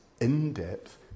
in-depth